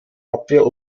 abwehr